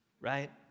right